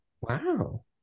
Wow